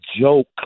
joke